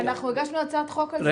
אנחנו הגשנו הצעת חוק על זה,